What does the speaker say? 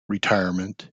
retirement